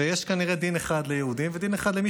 ויש כנראה דין אחד ליהודים ודין אחד למי